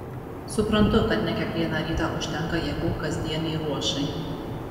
suprantu kad ne kiekvieną rytą užtenka jėgų kasdienei ruošai